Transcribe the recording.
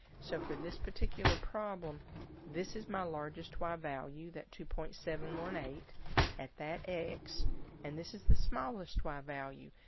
so for this particular problem this is my largest y value that two point seven one eight at that x and this is the smallest y value.